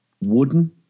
Wooden